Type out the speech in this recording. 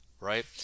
right